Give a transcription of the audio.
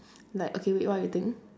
like okay wait what you think